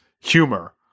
humor